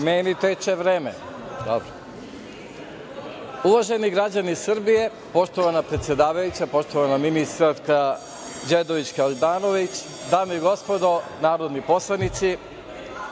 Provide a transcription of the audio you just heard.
Meni teče vreme. Uvaženi građani Srbije, poštovana predsedavajuća, poštovana ministarka Đedović Handanović, dame i gospodo narodni poslanici,